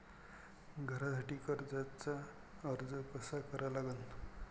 घरासाठी कर्जाचा अर्ज कसा करा लागन?